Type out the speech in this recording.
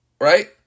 right